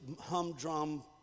humdrum